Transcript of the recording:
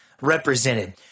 represented